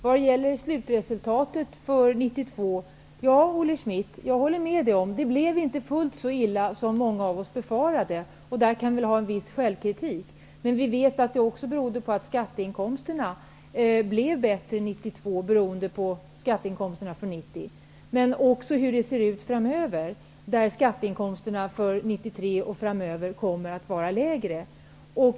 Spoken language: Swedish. Herr talman! År 1992 års slutresultat blev inte fullt så illa som många av oss befarade. Det håller jag med Olle Schmidt om. På den punkten kan vi väl visa viss självkritik. Men vi vet också att det berodde på att skatteinkomsterna blev bättre 1992 beroende på 1990 års skatteinkomster. Men för 1993 kommer skatteinkomsterna att vara lägre.